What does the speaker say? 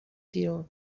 بیرون